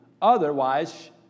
Otherwise